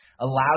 allow